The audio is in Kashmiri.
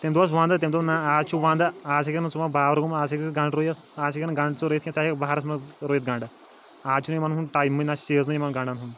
تمہِ دۄہ اوٗس وَندٕ تٔمۍ دوٚپ نَہ آز چھُ وَنٛدٕ آز ہیٚکیٚکھ نہٕ ژٕ ما باورٕ گوٚمُت آز ہیٚکیٚکھ نہٕ ژٕ گَنٛڈٕ رُیِتھ آز ہیٚکیٚکھ نہٕ گَنٛڈ ژٕ رُیِتھ کیٚنٛہہ ژٕ ہیٚکَیٚکھ بہارَس منٛز رُیِتھ گَنٛڈٕ آز چھُنہٕ یِمَن ہُنٛد ٹایمٕے نَہ سیٖزنٕے یِمَن گَنٛڈَن ہُنٛد